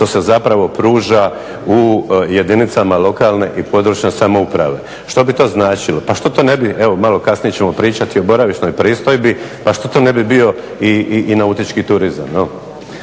što se zapravo pruža u jedinicama lokalne i područne samouprave. Što bi to značilo? Pa što to ne bi, evo malo kasnije ćemo pričati o boravišnoj pristojbi, pa što to ne bi bio i nautički turizam.